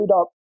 up